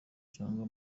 cyangwa